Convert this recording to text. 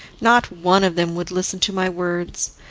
not one of them would listen to my words,